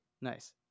Nice